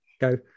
go